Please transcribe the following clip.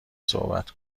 صحبت